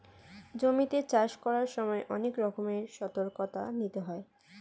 জমিতে চাষ করার সময় অনেক রকমের সতর্কতা নিতে হয়